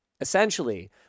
essentially